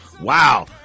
wow